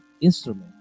instrument